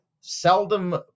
seldom